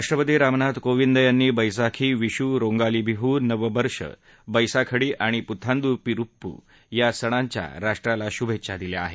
राष्ट्रपती रामनाथ कोविंद यांनी बैसाखी विशू रोंगाली बिहू नबबर्ष वैंसाखडी आणि पुथांदू पिरप्पू या सणाच्या राष्ट्राला शुभेच्छा दिल्या आहेत